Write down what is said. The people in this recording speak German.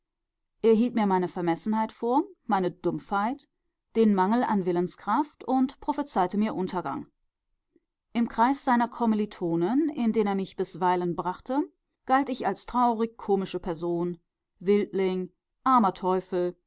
er hielt mir meine vermessenheit vor meine dumpfheit den mangel an willenskraft und prophezeite mir untergang im kreis seiner kommilitonen in den er mich bisweilen brachte galt ich als traurig komische person wildling armer teufel